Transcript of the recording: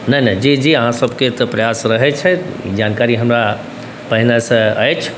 नहि नहि जी जी अहाँसबके तऽ प्रयास रहै छै ई जानकारी हमरा पहिनेसँ अछि